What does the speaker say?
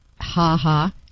ha-ha